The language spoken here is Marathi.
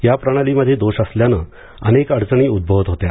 या प्रणालीमध्ये दोष असल्यानं अनेक अडचणी उद्धवत होत्या